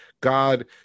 god